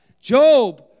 Job